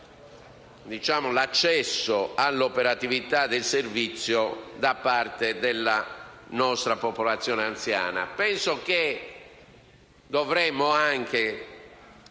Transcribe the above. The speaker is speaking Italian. sull'accesso all'operatività del servizio da parte della nostra popolazione anziana.